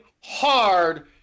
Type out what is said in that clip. hard